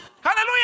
Hallelujah